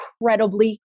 incredibly